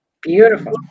Beautiful